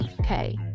okay